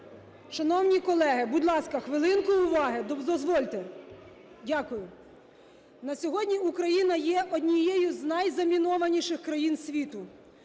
Шановні колеги, будь ласка, хвилинку уваги, дозвольте! Дякую. На сьогодні Україна є однією з найзамінованіших країн світу.